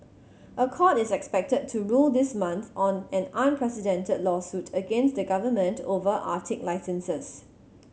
a court is expected to rule this month on an unprecedented lawsuit against the government over Arctic licenses